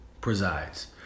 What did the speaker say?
presides